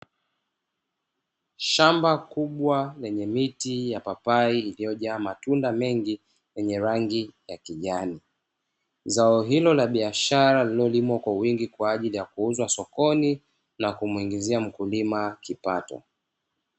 Shamba kubwa lenye miti ya papai iliyojaa matunda mengi yenye rangi ya kijani, zao hilo la biashara lilolimwa kwa wingi kwa ajili ya kuuzwa sokoni na kumwingizia mkulima kipato.